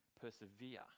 persevere